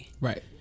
right